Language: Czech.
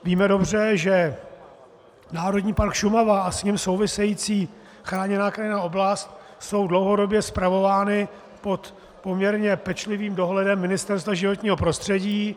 Víme dobře, že Národní park Šumava a s ním související chráněná krajinná oblast jsou dlouhodobě spravovány pod poměrně pečlivým dohledem Ministerstva životního prostředí.